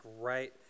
right